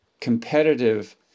competitive